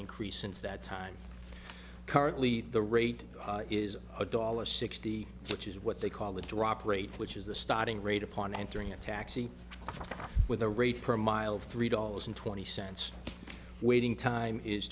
increase since that time currently the rate is a dollar sixty which is what they call the drop rate which is the starting rate upon entering a taxi with a rate per mile of three dollars and twenty cents waiting time is